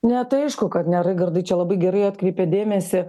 ne tai aišku kad ne raigardai čia labai gerai atkreipėt dėmesį